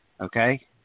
Okay